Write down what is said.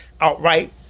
outright